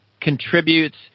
contributes